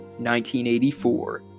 1984